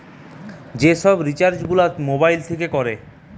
যে সব রিচার্জ গুলা মোবাইল থিকে কোরে